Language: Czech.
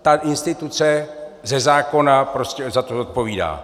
Ta instituce ze zákona prostě za to zodpovídá.